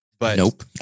Nope